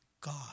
God